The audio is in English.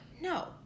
no